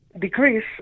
decrease